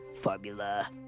formula